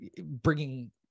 bringing